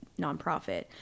nonprofit